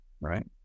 right